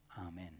Amen